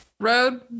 Road